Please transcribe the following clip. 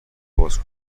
باز